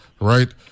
right